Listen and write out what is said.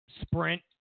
Sprint